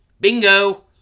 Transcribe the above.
Bingo